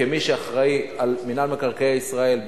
כמי שאחראי על מינהל מקרקעי ישראל,